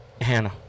Hannah